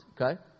Okay